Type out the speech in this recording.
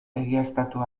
egiaztatu